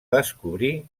descobrir